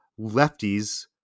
lefties